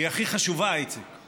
כי היא הכי חשובה, איציק.